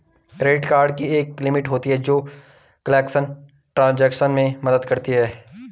credit card की एक limit होती है जो कैशलेस ट्रांज़ैक्शन में मदद करती है